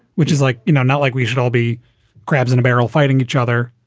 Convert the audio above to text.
which is like, you know, not like we should all be crabs in a barrel fighting each other.